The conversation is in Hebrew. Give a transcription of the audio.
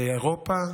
באירופה,